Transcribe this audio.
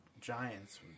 giants